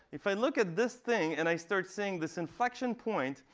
if i look at this thing and i start seeing this inflection point,